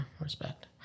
respect